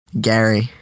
Gary